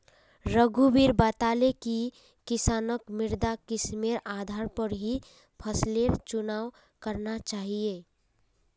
रघुवीर बताले कि किसानक मृदा किस्मेर आधार पर ही फसलेर चुनाव करना चाहिए